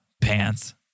pants